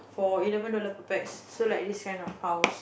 for eleven dollar per pack so like decent of house